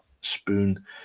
spoon